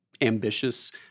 ambitious